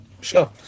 sure